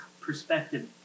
perspective